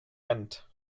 end